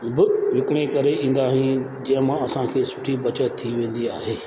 लॻिभॻि विकिणी करे ईंदा आहियूं जंहिं मां असांखे सुठी बचति थी वेंदी आहे